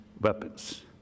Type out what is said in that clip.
weapons